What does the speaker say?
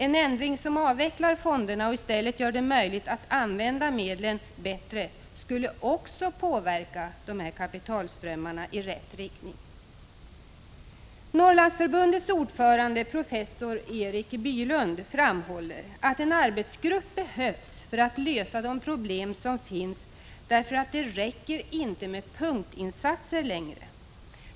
En ändring som gör att fonderna avvecklas och som gör det möjligt att använda medlen bättre skulle också påverka dessa kapitalströmmar i rätt riktning. Norrlandsförbundets ordförande, professor Erik Bylund, framhåller att en arbetsgrupp behövs för att lösa de problem som finns, därför att det inte längre räcker med punktinsatser.